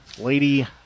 Lady